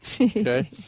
okay